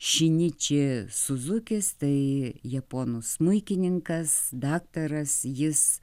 šiniči suzukis tai japonų smuikininkas daktaras jis